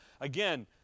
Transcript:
Again